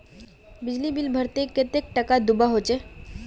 बिजली बिल भरले कतेक टाका दूबा होचे?